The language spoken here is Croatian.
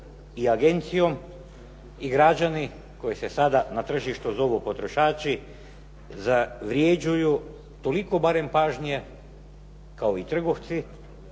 i agencijom, i građani koji se sada na tržištu zovu potrošači zavređuju toliko barem pažnje kao i trgovci